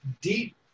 deep